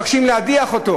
ומבקשים להדיח אותו?